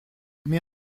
mais